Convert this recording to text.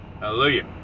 Hallelujah